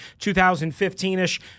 2015-ish